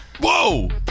whoa